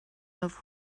love